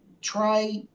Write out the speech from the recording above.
try